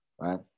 Right